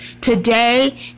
today